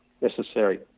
necessary